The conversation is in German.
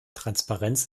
transparenz